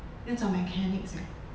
要找 mechanics eh